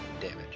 damage